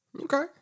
Okay